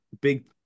big